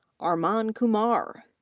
arman kumar,